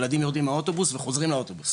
ילדים יורדים מהאוטובוס וחוזרים לאוטובוס